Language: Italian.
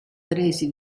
presi